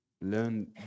learn